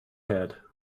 head